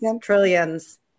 trillions